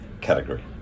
category